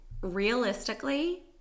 Realistically